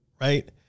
right